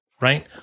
Right